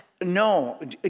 No